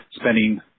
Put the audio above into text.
spending